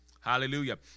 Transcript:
Hallelujah